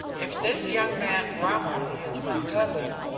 if this young man romilly is my cousin,